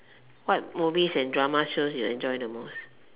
what movies and drama shows do you enjoy the most